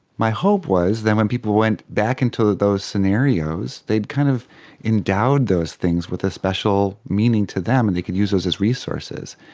my hope was that when people went back into those scenarios, they had kind of endowed those things with a special meaning to them and they could use those as resources.